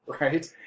Right